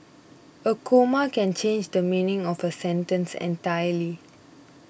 a comma can change the meaning of a sentence entirely